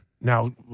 now